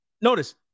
Notice